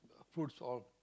fruits all